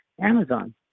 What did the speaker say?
Amazon